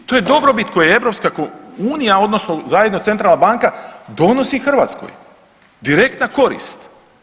I to je dobrobit koji EU odnosno zajedno Centralna banka donosi Hrvatskoj, direktna korist.